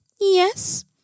yes